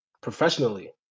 professionally